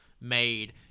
made